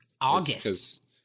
August